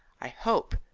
i hope,